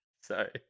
Sorry